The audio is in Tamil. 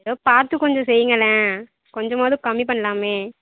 ஏதோ பார்த்து கொஞ்சம் செய்யுங்களேன் கொஞ்சமாவது கம்மி பண்ணலாமே